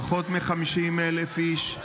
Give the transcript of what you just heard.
פחות מ-50,000 איש.